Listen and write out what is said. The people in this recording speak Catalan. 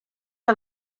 que